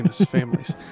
families